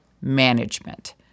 management